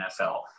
NFL